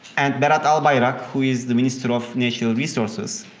and berat albayrak, who is the minister of national resources,